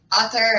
author